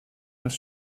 als